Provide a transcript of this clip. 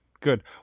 good